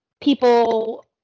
people